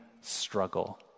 struggle